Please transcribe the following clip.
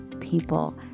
people